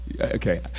Okay